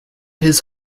his